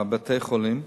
בתי-החולים,